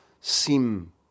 seem